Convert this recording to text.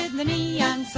the neon